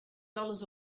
dollars